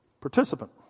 Participant